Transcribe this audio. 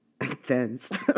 intense